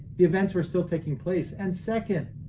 the events were still taking place. and second,